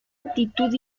actitud